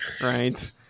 right